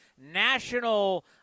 national